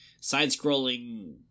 side-scrolling